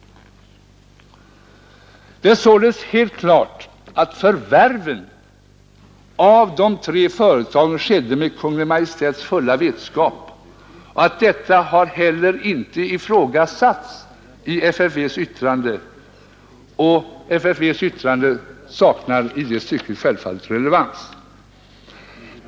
Det är således helt klart att förvärven av de tre företagen skedde med Kungl. Maj:ts fulla vetskap, och detta har heller inte ifrågasatts, varför FFVss yttrande i detta avseende helt saknar relevans.